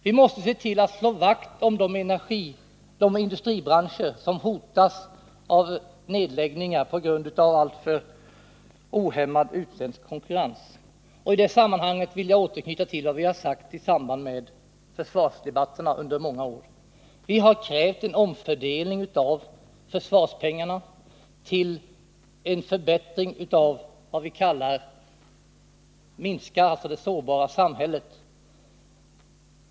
Vi måste se till att slå vakt om de industribranscher som hotas av nedläggningar på grund av alltför ohämmad utländsk konkurrens. I det sammanhanget vill jag återknyta till vad vi har sagt i samband med försvarsdebatterna under många år. Vi har krävt en omfördelning av försvarspengarna till en förbättring av förutsättningarna för vad vi kallar ”minska det sårbara samhället”.